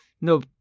No